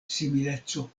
simileco